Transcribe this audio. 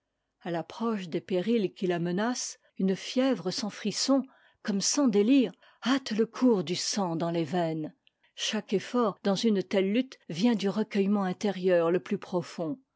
l'approche des périls qui la menacent une fièvre sans frisson comme sans délire hâte le cours du sang dans les veines chaque effort dans une telle lutte vient du recueillement intérieur le plus profond